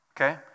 okay